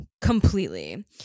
Completely